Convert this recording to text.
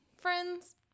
friends